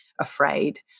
afraid